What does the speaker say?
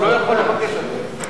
הוא לא יכול לבקש את זה.